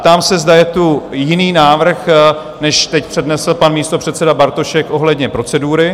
Ptám se, zda je tu jiný návrh, než teď přednesl pan místopředseda Bartošek ohledně procedury?